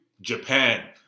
Japan